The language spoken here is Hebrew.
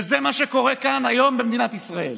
וזה מה שקורה כאן היום במדינת ישראל.